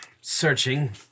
searching